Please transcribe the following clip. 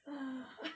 ah